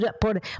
por